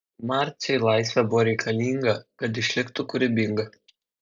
marcei laisvė buvo reikalinga kad išliktų kūrybinga